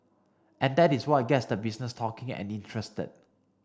and that is what gets the business talking and interested